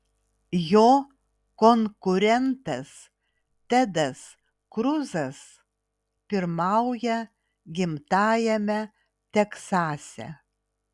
jo konkurentas tedas kruzas pirmauja gimtajame teksase